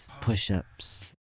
push-ups